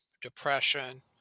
depression